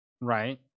Right